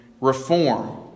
reform